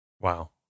wow